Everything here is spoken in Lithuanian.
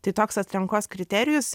tai toks atrankos kriterijus